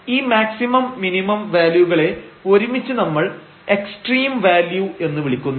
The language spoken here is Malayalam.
ഈ മാക്സിമം മിനിമം വാല്യൂകളെ ഒരുമിച്ച് നമ്മൾ എക്സ്ട്രീം വാല്യൂ എന്ന് വിളിക്കുന്നു